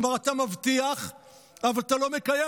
כלומר, אתה מבטיח אבל אתה לא מקיים.